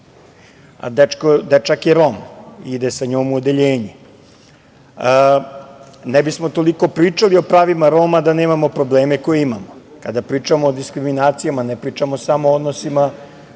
Dečak je Rom i ide sa njom u odeljenje. Ne bismo toliko pričali o pravima Roma da nemamo probleme koje imamo. Kada pričamo o diskriminacijama, ne pričamo samo o odnosima,